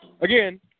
Again